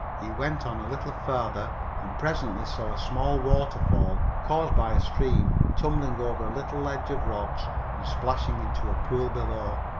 he went on a little farther and presently saw a small waterfall, caused by a stream tumbling over a little ledge of rocks and splashing into a pool below.